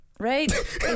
Right